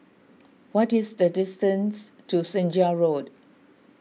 what is the distance to Senja Road